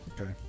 Okay